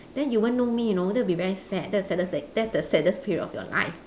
then you won't know me you know that will be very sad that's the saddest that's the saddest period of your life